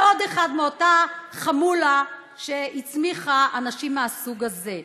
עוד אחד מאותה חמולה שהצמיחה אנשים מהסוג הזה.